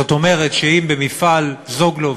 זאת אומרת שאם במפעל "זוגלובק"